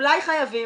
אולי חייבים?